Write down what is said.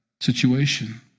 situation